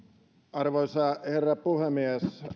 arvoisa herra puhemies